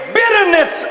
bitterness